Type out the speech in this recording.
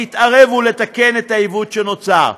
להתערב ולתקן את העיוות שנוצר.